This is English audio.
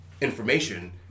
information